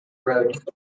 road